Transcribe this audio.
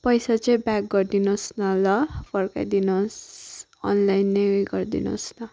पैसा चाहिँ ब्याक गरिदिनु होस् न ल फर्काइदिनु होस् अनलाइनै उयो गरिदिु होस् न